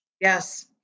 Yes